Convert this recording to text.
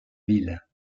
ville